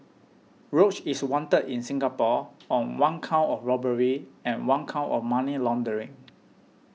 roach is wanted in Singapore on one count of robbery and one count of money laundering